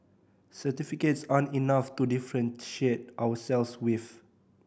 certificates aren't enough to differentiate ourselves with